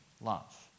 love